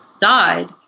died